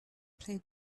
play